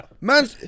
man